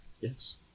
Yes